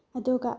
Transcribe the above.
ꯑꯗꯨꯒ